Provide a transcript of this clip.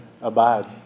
abide